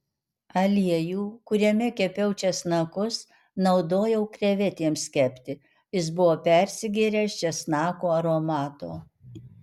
aliejų kuriame kepiau česnakus naudojau krevetėms kepti jis buvo persigėręs česnako aromato